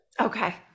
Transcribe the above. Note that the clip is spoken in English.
Okay